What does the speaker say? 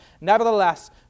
Nevertheless